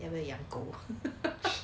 因为养狗